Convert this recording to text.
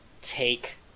take